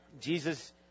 Jesus